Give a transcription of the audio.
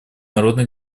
народно